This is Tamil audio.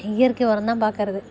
இயற்கை உரந்தான் பார்க்கறது